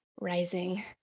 rising